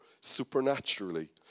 supernaturally